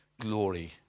glory